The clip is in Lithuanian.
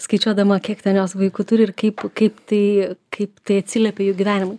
skaičiuodama kiek ten jos vaikų turi ir kaip kaip tai kaip tai atsiliepia jų gyvenimui